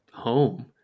home